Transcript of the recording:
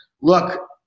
Look